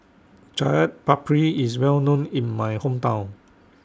Chaat Papri IS Well known in My Hometown